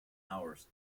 hours